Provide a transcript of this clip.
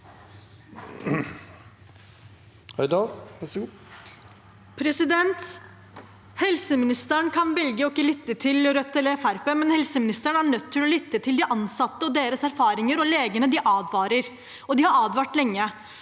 Helseministeren kan velge å ikke lytte til Rødt eller Fremskrittspartiet, men helseministeren er nødt til å lytte til de ansatte og deres erfaringer. Legene advarer, og de har advart lenge.